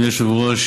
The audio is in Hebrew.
אדוני היושב-ראש.